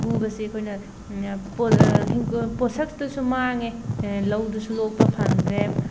ꯄꯨꯕꯁꯤ ꯑꯩꯈꯣꯏꯅ ꯄꯣꯠ ꯄꯣꯠꯁꯛꯇꯁꯨ ꯃꯥꯡꯉꯦ ꯂꯧꯗꯨꯁꯨ ꯂꯣꯛꯄ ꯐꯪꯗ꯭ꯔꯦ